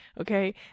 okay